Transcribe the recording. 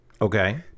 Okay